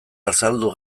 azaldu